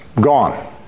gone